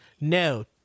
No